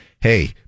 Hey